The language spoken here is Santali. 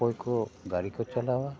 ᱚᱠᱚᱭ ᱠᱚ ᱜᱟᱹᱲᱤ ᱠᱚ ᱪᱟᱞᱟᱣᱟ